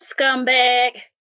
Scumbag